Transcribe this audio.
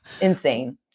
Insane